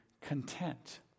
content